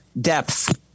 depth